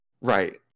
Right